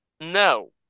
No